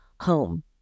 home